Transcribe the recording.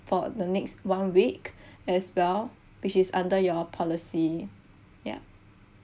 for the next one week as well which is under your policy ya